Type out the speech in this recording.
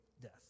death